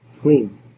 Clean